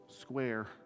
square